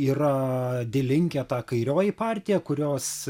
yra dilinke ta kairioji partija kurios